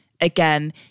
again